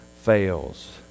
fails